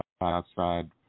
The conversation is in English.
outside